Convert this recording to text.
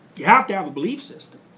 you have to have a belief system